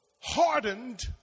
hardened